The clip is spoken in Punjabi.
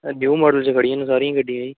ਨਿਊ ਮਾਡਲ 'ਚ ਖੜ੍ਹੀਆਂ ਨੇ ਸਾਰੀਆਂ ਹੀ ਗੱਡੀਆਂ ਜੀ